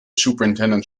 superintendent